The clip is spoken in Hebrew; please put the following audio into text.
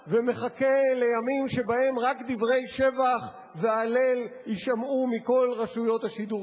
ומחכה לימים שבהם רק דברי שבח והלל יישמעו מכל רשויות השידור שלנו.